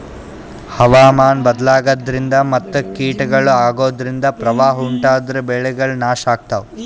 ಹವಾಮಾನ್ ಬದ್ಲಾಗದ್ರಿನ್ದ ಮತ್ ಕೀಟಗಳು ಅಗೋದ್ರಿಂದ ಪ್ರವಾಹ್ ಉಂಟಾದ್ರ ಬೆಳೆಗಳ್ ನಾಶ್ ಆಗ್ತಾವ